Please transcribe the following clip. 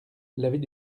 l’avis